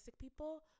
people